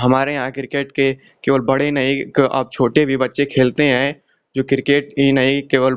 हमारे यहाँ क्रिकेट के केवल बड़े नही अब छोटे भी बच्चे खेलते हैं जो क्रिकेट ही नहीं केवल